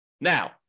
Now